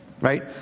Right